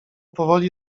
powoli